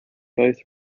both